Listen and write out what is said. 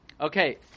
Okay